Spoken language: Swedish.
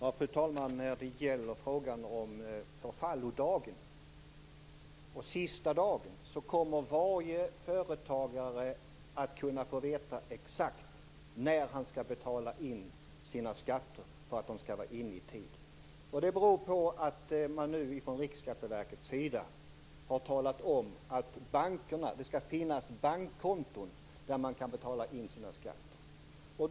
Fru talman! När det gäller frågan om förfallodagen, dvs. sista dagen att betala skatt, kommer varje företagare att kunna få veta exakt när han skall betala in sina skatter för att de skall vara inne i tid. Det beror på att Riksskatteverket nu har talat om att det skall finnas bankkonton där de kan betala in sina skatter.